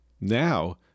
Now